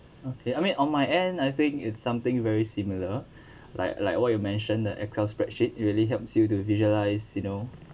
okay I mean on my end I think it's something very similar like like what you mention that excel spreadsheet it really helps you to visualise you know